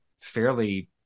fairly